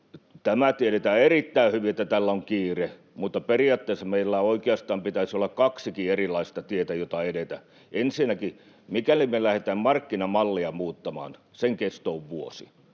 Tämä tiedetään erittäin hyvin, että tällä on kiire. — Periaatteessa meillä oikeastaan pitäisi olla kaksikin erilaista tietä, joita edetä. Ensinnäkin, mikäli me lähdetään markkinamallia muuttamaan, sen kesto on vuosi.